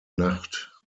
nacht